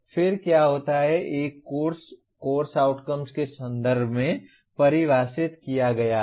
फिर क्या होता है एक कोर्स कोर्स आउटकम्स के संदर्भ में परिभाषित किया गया है